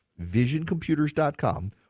Visioncomputers.com